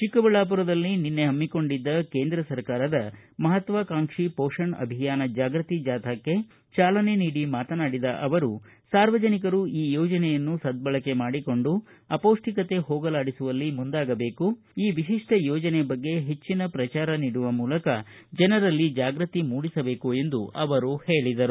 ಚಿಕ್ಕಬಳ್ಳಾಮರದಲ್ಲಿ ನಿನ್ನೆ ಪಮ್ಮಿಕೊಂಡಿದ್ದ ಕೇಂದ್ರ ಸರ್ಕಾರದ ಮಹತ್ವಾಕಾಂಕ್ಷಿ ಪೋಷಣ್ ಅಭಿಯಾನ ಜಾಗೃತಿ ಜಾಥಾಕ್ಷೆ ಚಾಲನೆ ನೀಡಿ ಮಾತನಾಡಿದ ಅವರು ಸಾರ್ವಜನಿಕರು ಈ ಯೋಜನೆಯನ್ನು ಸದ್ದಳಕೆ ಮಾಡಿಕೊಂಡು ಅಪೌಷ್ಟಿಕತೆ ಹೋಗಲಾಡಿಸುವಲ್ಲಿ ಮುಂದಾಗಬೇಕು ಈ ವಿಶಿಷ್ಟ ಯೋಜನೆ ಬಗ್ಗೆ ಹೆಚ್ಚಿನ ಪ್ರಚಾರ ನೀಡುವ ಮೂಲಕ ಜನರಲ್ಲಿ ಜಾಗೃತಿ ಮೂಡಿಸಬೇಕು ಎಂದು ಅವರು ತಿಳಿಸಿದರು